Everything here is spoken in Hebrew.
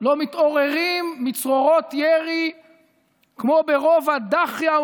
לא מתעוררים מצרורות ירי כמו ברובע הדאחייה,